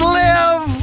live